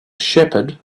shepherd